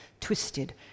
twisted